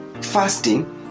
fasting